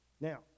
Now